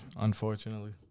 Unfortunately